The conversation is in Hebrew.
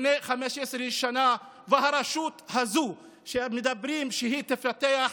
לפני 15 שנה, והרשות הזאת, שמדברים שהיא תפתח,